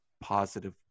positive